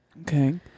Okay